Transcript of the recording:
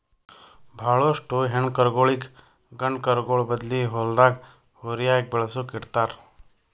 ಭಾಳೋಷ್ಟು ಹೆಣ್ಣ್ ಕರುಗೋಳಿಗ್ ಗಂಡ ಕರುಗೋಳ್ ಬದ್ಲಿ ಹೊಲ್ದಾಗ ಹೋರಿಯಾಗಿ ಬೆಳಸುಕ್ ಇಡ್ತಾರ್